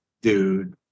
dude